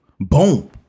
Boom